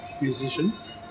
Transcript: musicians